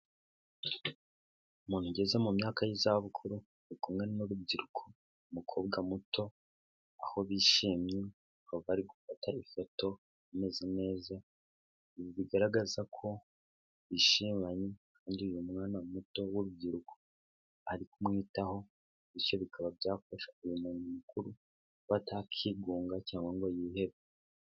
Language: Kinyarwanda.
Umuntu ugeze mu myaka y'izabukuru ari kumwe n'urubyiruko, umukobwa muto, aho bishimye bakaba bari gufatana ifoto bameze neza, ibi bigaragaza ko bishimanye kandi uyu mwana muto w'urubyiruko ari kumwitaho bityo bikaba byafasha uyu muntu mukuru kuba atakwigunga cyangwa ngo yihebe.